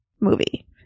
movie